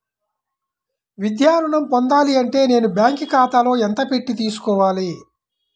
విద్యా ఋణం పొందాలి అంటే నేను బ్యాంకు ఖాతాలో ఎంత పెట్టి తీసుకోవాలి?